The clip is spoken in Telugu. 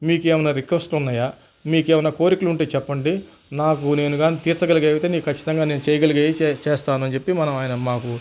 మీకు ఏమైనా రిక్వెస్ట్ ఉన్నాయా మీకు ఏమైన్నా కోరికలు ఉంటే చెప్పండి నాకు నేనుగా తీర్చుకోగలిగేదయితే ఖచ్చితంగా నేను చేయగలిగేవి చేస్తాను అని చెప్పి మనం ఆయన మాకు